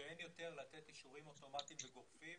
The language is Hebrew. שאין יותר לתת אישורים אוטומטיים לגופים